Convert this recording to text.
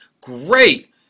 Great